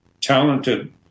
talented